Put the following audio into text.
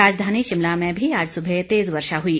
राजधानी शिमला में भी आज सुबह तेज वर्षा हुई